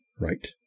right